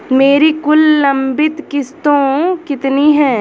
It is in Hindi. मेरी कुल लंबित किश्तों कितनी हैं?